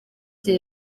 jye